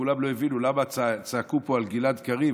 כולם לא הבינו למה צעקו פה על גלעד קריב,